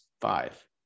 five